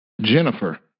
Jennifer